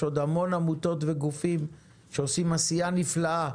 עוד המון עמותות וגופים שעושים עשייה נפלאה,